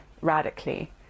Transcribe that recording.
radically